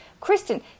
Kristen